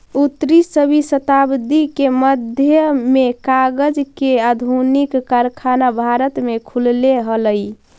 उन्नीसवीं शताब्दी के मध्य में कागज के आधुनिक कारखाना भारत में खुलले हलई